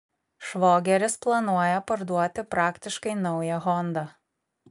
švogeris planuoja parduoti praktiškai naują hondą